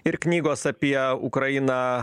ir knygos apie ukrainą